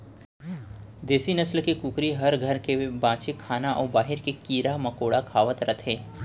देसी नसल के कुकरी हर घर के बांचे खाना अउ बाहिर के कीरा मकोड़ा खावत रथे